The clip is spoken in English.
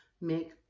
make